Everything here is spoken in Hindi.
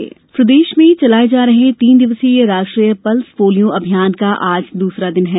पोलियो अभियान प्रदेश में चलाये जा रहे तीन दिवसीय राष्ट्रीय पल्स पोलियो अभियान का आज दूसरा दिन है